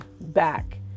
back